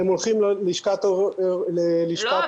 הם הולכים ללשכת --- לא,